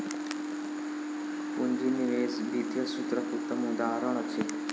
पूंजी निवेश वित्तीय सूत्रक उत्तम उदहारण अछि